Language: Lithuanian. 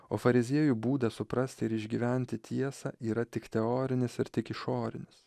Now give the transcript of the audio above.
o fariziejų būdas suprasti ir išgyventi tiesą yra tik teorinis ir tik išorinis